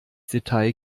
detail